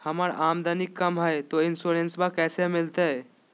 हमर आमदनी कम हय, तो इंसोरेंसबा कैसे मिलते?